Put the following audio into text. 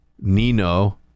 Nino